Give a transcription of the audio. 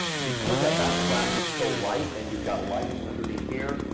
because that backsplash is so light, and you've got lighting underneath here,